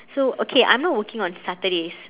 so okay I'm not working on saturdays